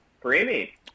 creamy